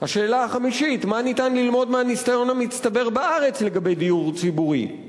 השאלה החמישית: מה אפשר ללמוד מהניסיון המצטבר בארץ לגבי דיור ציבורי?